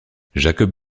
jacob